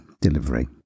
delivery